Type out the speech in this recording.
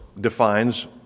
defines